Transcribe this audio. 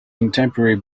contemporary